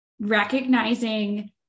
Recognizing